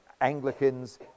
Anglicans